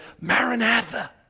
Maranatha